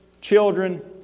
Children